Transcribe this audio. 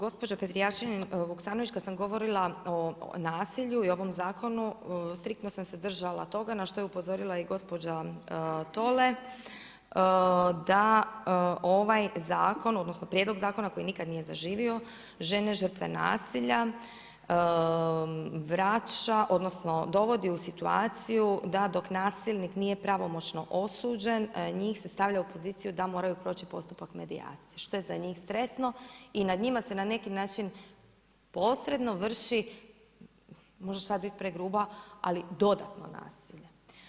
Gospođa Petrijevčanin Vuksanović kad sam govorila o nasilju i ovom zakonu striktno sam se držala toga na što je upozorila i gospođa Tolle, da ovaj zakon, odnosno prijedlog zakona koji nikad nije zaživio žene žrtve nasilja vraća odnosno dovodi u situaciju da dok nasilnik nije pravomoćno osuđen njih se stavlja u poziciju da moraju proći postupak medijacije što je za njih stresno i nad njima se na neki način posredno vrši možda ću sad bit pregruba, ali dodatno nasilje.